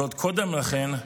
ועוד קודם לכן,